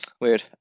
weird